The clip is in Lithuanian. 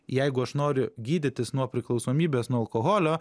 jeigu aš noriu gydytis nuo priklausomybės nuo alkoholio